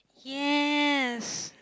yes